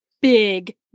big